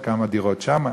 וכמה דירות שם,